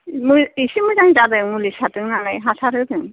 एसे मोजां जादों मुलि सारदों नालाय हासार होदों